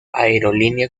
aerolínea